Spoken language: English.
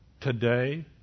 today